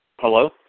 Hello